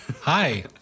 Hi